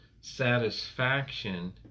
satisfaction